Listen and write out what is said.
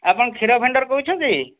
ଆପଣ କ୍ଷୀର ଭଣ୍ଡାରୁ କହୁଛନ୍ତି